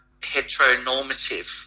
heteronormative